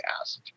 asked